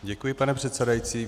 Děkuji, pane předsedající.